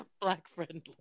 Black-friendly